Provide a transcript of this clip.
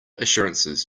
assurances